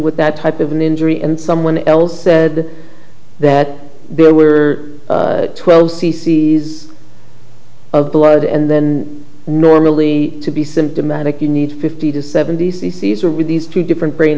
with that type of an injury and someone else said that there were twelve theses of blood and then normally to be symptomatic you need fifty to seventy c c s or were these two different brain